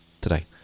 today